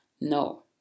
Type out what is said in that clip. No